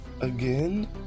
again